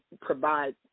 provide